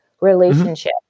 relationship